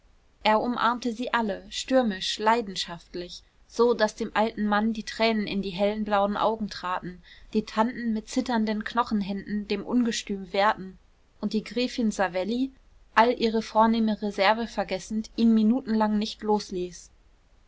er umarmte sie alle stürmisch leidenschaftlich so daß dem alten mann die tränen in die hellen blauen augen traten die tanten mit zitternden knochenhänden dem ungestüm wehrten und die gräfin savelli all ihre vornehme reserve vergessend ihn minutenlang nicht losließ